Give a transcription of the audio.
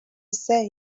say